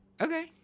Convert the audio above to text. okay